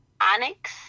Onyx